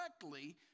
correctly